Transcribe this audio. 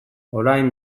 orain